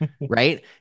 right